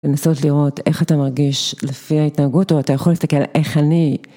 לנסות לראות איך אתה מרגיש לפי ההתנהגות, או אתה יכול להסתכל איך אני.